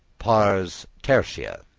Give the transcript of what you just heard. pars tertia.